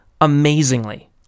Amazingly